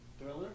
Thriller